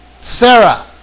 Sarah